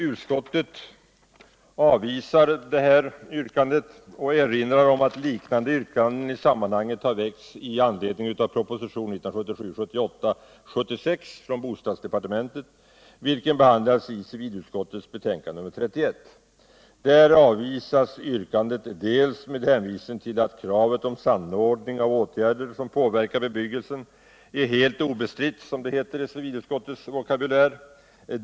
Utskottet avvisar detta yrkande och erinrar om att liknande yrkanden i sammanhanget har väckts i anledning av propositionen 1977/ 78:76 från bostadsdepartementet, vilken behandlades i civilutskottets betänkande nr 31. Där avvisas vrkandet med hänvisning tull dels att kravet om samordning av åtgärder som påverkar bebyggelsen är helt obestritt.